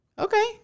Okay